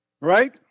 right